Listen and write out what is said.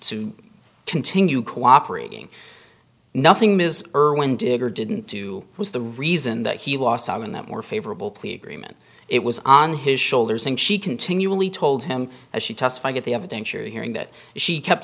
to continue cooperating nothing ms irwin digger didn't do was the reason that he lost in that more favorable plea agreement it was on his shoulders and she continually told him as she testified that the evidence you're hearing that she kept